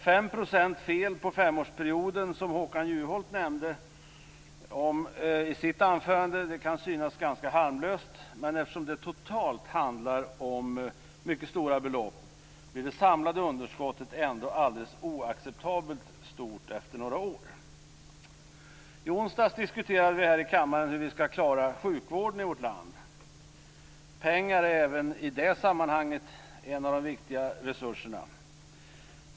Fem procents fel på femårsperioden, som Håkan Juholt nämnde i sitt anförande, kan synas ganska harmlöst. Men eftersom det totalt handlar om mycket stora belopp blir det samlade underskottet ändå alldeles oacceptabelt stort efter några år. I onsdags diskuterade vi här kammaren hur vi skall klara sjukvården i vårt land. Pengar är även i det sammanhanget en av de viktigare resurserna.